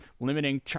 limiting